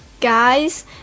guys